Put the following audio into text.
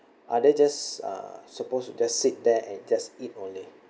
are they just uh supposed to just sit there and just eat only